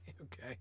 Okay